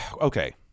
okay